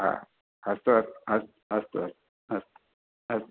आ अस्तु अस्तु अस्तु अस्तु अस्तु अस्तु